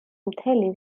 მთელი